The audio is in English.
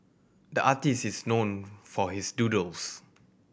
the artist is known for his doodles